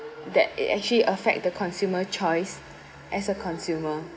that it actually affect the consumer choice as a consumer